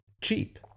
cheap